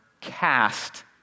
CAST